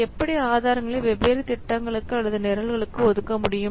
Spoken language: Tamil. எப்படி ஆதாரங்களை வெவ்வேறு திட்டங்களுக்கு அல்லது நிரல்களுக்கு ஒதுக்க முடியும்